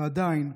ועדיין,